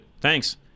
thanks